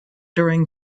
during